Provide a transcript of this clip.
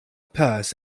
purse